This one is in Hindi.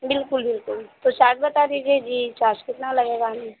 बिल्कुल बिल्कुल तो शायद बता दीजिए जी चार्ज कितना लगेगा हमें